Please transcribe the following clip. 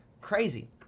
crazy